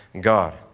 god